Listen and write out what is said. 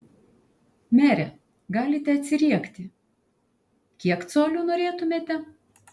mere galite atsiriekti kiek colių norėtumėte